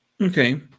Okay